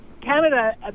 Canada